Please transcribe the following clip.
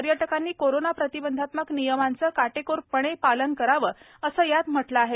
पर्यटकांनी कोरोना प्रतिबंधात्मक नियमांचं काटेकोरपणे पालन करावं असं यात म्हटलं आहे